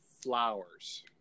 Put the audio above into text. flowers